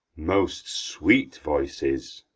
most sweet voices